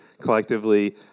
collectively